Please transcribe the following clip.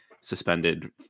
suspended